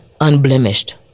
unblemished